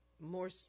more